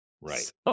Right